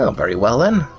ah very well then,